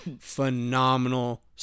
phenomenal